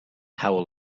how